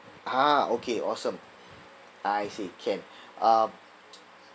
ah okay awesome I see can uh